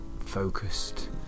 focused